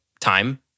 time